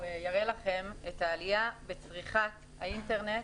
הוא יראה לכם את העלייה בצריכת האינטרנט